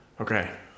okay